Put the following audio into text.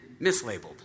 mislabeled